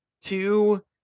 two